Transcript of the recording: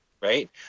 right